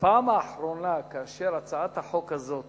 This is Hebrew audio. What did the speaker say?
בפעם האחרונה שהצעת החוק הזאת